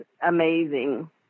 amazing